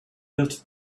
built